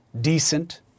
decent